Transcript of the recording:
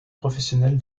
professionnelle